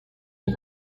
the